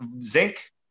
zinc